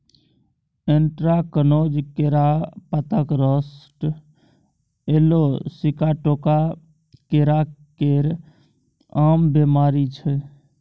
anthracnose, केरा पातक rust, yellow sigatoka केरा केर आम बेमारी छै